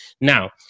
Now